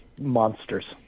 Monsters